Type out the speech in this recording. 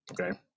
okay